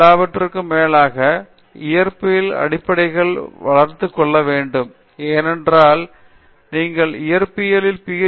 எல்லாவற்றிற்கும் மேலாக இயற்பியல் அடிப்படைகளை வளர்த்துக் கொள்ள வேண்டும் ஏனென்றால் நீங்கள் இயற்பியலில் பி